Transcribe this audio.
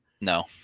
No